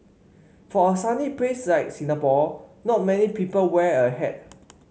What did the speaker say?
for a sunny place like Singapore not many people wear a hat